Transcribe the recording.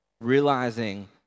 realizing